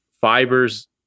fibers